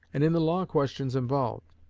and in the law questions involved.